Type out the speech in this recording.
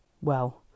Well